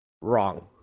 Wrong